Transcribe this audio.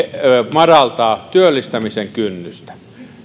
madaltaa työllistämisen kynnystä